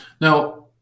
Now